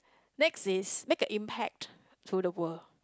next is make an impact to the world